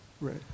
Right